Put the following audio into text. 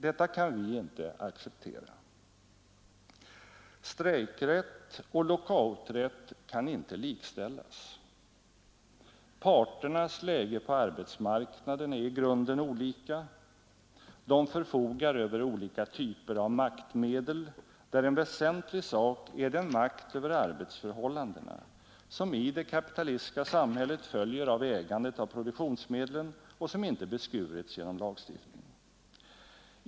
Detta kan vi inte acceptera. Strejkrätt och lockouträtt kan inte likställas. Parternas läge på arbetsmarknaden är i grunden olika. De förfogar över olika typer av maktmedel, där en väsentlig sak är den makt över arbetsförhållandena som i det kapitalistiska samhället f ägandet av produktionsmedlen och som inte beskurits genom lagstiftning.